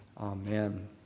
Amen